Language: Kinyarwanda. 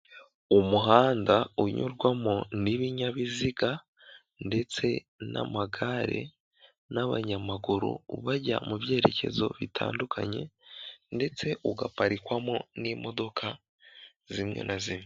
Umuhanda unyurwamo n'ibinyabiziga, ndetse n'amagare n'abanyamaguru, bajya mu byerekezo bitandukanye, ndetse ugaparikwamo n'imodoka, zimwe na zimwe.